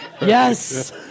Yes